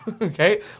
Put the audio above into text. okay